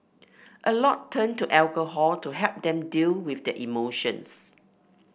a lot turn to alcohol to help them deal with their emotions